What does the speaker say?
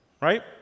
Right